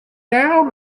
down